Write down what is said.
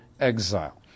exile